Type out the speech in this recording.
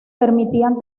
permitían